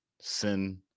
sin